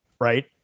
right